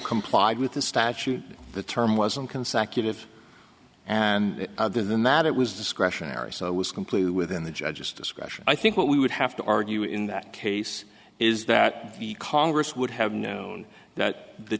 complied with the statute the term was in consecutive and other than that it was discretionary so it was completely within the judge's discretion i think what we would have to argue in that case is that congress would have known that the